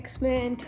X-Men